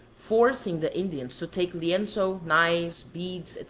forcing the indians to take lienzo, knives, beads,